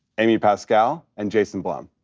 amy pascal, and jason blum.